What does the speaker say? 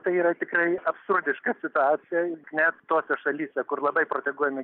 tai yra tikrai absurdiška situacija net tuose šalyse kur labai proteguojami